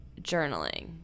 journaling